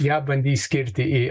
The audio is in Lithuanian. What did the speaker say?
ją bandys skirti į